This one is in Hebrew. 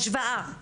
השוואה.